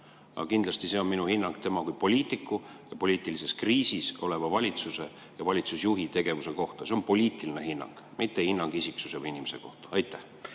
Aga kindlasti on see minu hinnang tema kui poliitiku, poliitilises kriisis oleva valitsuse juhi tegevuse kohta. See on poliitiline hinnang, mitte hinnang isiksuse või inimese kohta. Aitäh,